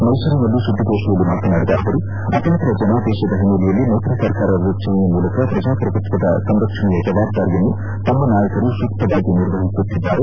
ಮೈಸೂರಿನಲ್ಲಿ ಸುದ್ದಿಗೋಷ್ಠಿಯಲ್ಲಿ ಮಾತನಾಡಿದ ಅವರು ಅತಂತ್ರ ಜನಾದೇತದ ಹಿನ್ನೆಲೆಯಲ್ಲಿ ಮೈಪ್ರಿ ಸರ್ಕಾರ ರಚನೆಯ ಮೂಲಕ ಪ್ರಜಾಪ್ರಭುತ್ವದ ಸಂರಕ್ಷಣೆಯ ಜವಾಬ್ದಾರಿಯನ್ನು ತಮ್ಮ ನಾಯಕರು ಸೂಕ್ತವಾಗಿ ನಿರ್ವಹಿಸುತ್ತಿದ್ದಾರೆ